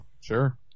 Sure